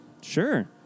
Sure